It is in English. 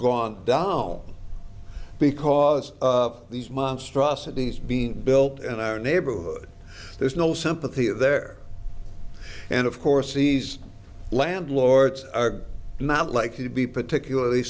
gone down because of these monstrosities being built in our neighborhood there's no sympathy of there and of course these landlords are not likely to be particularly